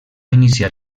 iniciar